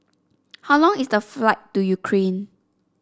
how long is the flight to Ukraine